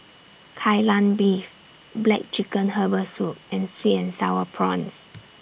Kai Lan Beef Black Chicken Herbal Soup and Sweet and Sour Prawns